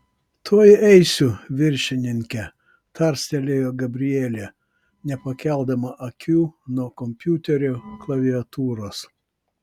tuoj eisiu viršininke tarstelėjo gabrielė nepakeldama akių nuo kompiuterio klaviatūros